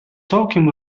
całkiem